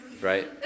Right